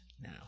now